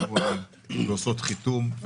עושות חיתום,